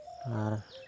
ᱟᱨ